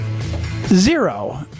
Zero